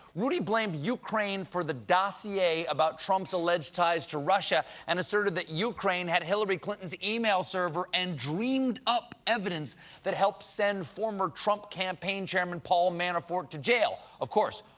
rudy blamed ukraine for the dossier about trump's alleged ties to russia, and asserted that ukraine had hillary clinton's email server and dreamed up evidence that helped send former trump campaign chairman, paul manafort, to jail. of course,